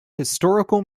historical